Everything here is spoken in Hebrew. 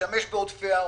להשתמש בעודפי ההון,